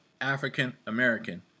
african-american